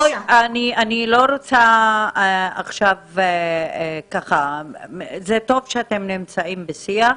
אני לא רוצה זה טוב שאתם נמצאים בשיח.